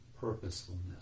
Purposefulness